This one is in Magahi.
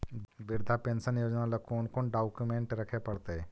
वृद्धा पेंसन योजना ल कोन कोन डाउकमेंट रखे पड़तै?